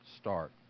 start